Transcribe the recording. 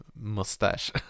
mustache